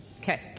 okay